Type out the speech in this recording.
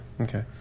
Okay